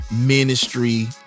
ministry